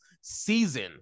season